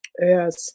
Yes